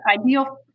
ideal